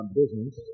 business